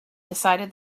decided